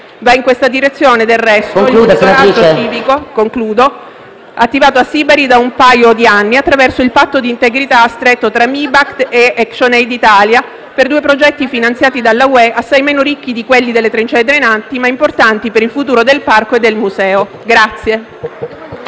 Va in questa direzione, del resto, il contratto civico attivato a Sibari da un paio di anni attraverso il patto di integrità stretto tra MIBACT e Actionaid Italia per due progetti finanziati dall'Unione europea, assai meno ricchi di quelli delle trincee drenanti, ma importanti per il futuro del Parco e del museo.